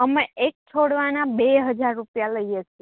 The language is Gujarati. અમે એક છોડવાના બે હજાર રૂપિયા લઈએ છીએ